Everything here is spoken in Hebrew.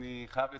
אני חייב לציין,